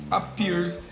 appears